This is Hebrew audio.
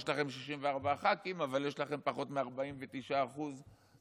יש לכם 64 ח"כים אבל יש לכם פחות מ-49% מהמצביעים.